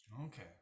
Okay